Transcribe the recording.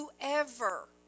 whoever